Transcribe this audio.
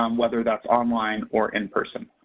um whether that's online or in person,